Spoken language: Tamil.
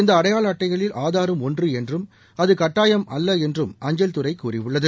இந்த அடையாள அட்டைகளில் ஆதாரும் ஒன்று என்றும் அது கட்டாயம் அல்ல என்றும் அஞ்சல் துறை கூறியுள்ளது